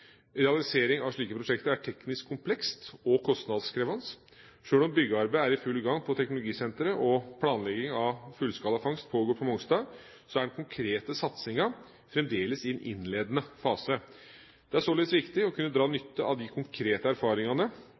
Realisering av slike prosjekter er teknisk komplekst og kostnadskrevende. Sjøl om byggearbeidet er i full gang på teknologisenteret og planlegging av fullskala fangst pågår på Mongstad, er den konkrete satsinga fremdeles i en innledende fase. Det er således viktig å kunne dra nytte av de konkrete erfaringene